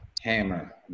Hammer